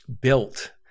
built